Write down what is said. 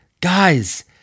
Guys